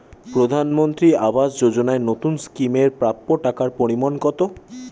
প্রধানমন্ত্রী আবাস যোজনায় নতুন স্কিম এর প্রাপ্য টাকার পরিমান কত?